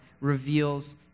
reveals